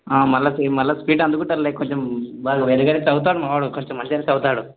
మళ్ళీ మళ్ళీ స్పీడు అందుకుంటారులే కొంచెం వాళ్ళు రెగ్యులర్ చదువుతాడు మా వాడు కాస్త మంచిగానే చదువుతాడు